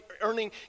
earning